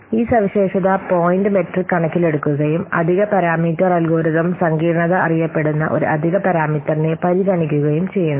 ഈ സവിശേഷത point metric കണക്കിലെടുക്കുകയും അധിക പാരാമീറ്റർ അൽഗോരിതം സങ്കീർണ്ണത എന്നറിയപ്പെടുന്ന ഒരു അധിക പാരാമീറ്ററിനെ പരിഗണിക്കുകയും ചെയ്യുന്നു